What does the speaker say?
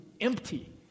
empty